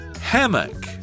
Hammock